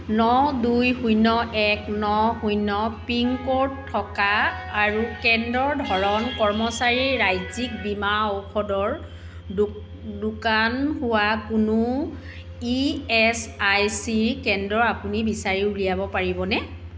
ন দুই শূন্য এক ন শূন্য পিনক'ড থকা আৰু কেন্দ্ৰৰ ধৰণ কৰ্মচাৰীৰ ৰাজ্যিক বীমা ঔষধৰ দো দোকান হোৱা কোনো ই এছ আই চি কেন্দ্ৰ আপুনি বিচাৰি উলিয়াব পাৰিবনে